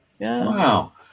Wow